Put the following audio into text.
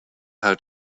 how